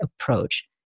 approach